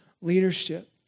leadership